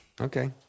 Okay